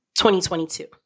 2022